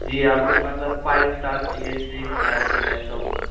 جی آپ کو مطلب فائیو اسٹار چاہیے تھری اسٹار چاہیے کیسا ہوٹل چاہیے